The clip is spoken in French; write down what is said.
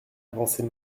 avancée